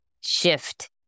shift